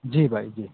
जी भाई जी